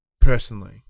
personally